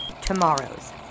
tomorrow's